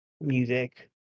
music